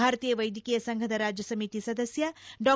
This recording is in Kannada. ಭಾರತೀಯ ವೈದ್ಯಕೀಯ ಸಂಘದ ರಾಜ್ಯ ಸಮಿತಿ ಸದಸ್ಯ ಡಾ